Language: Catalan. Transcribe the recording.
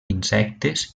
insectes